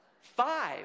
Five